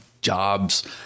jobs